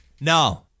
no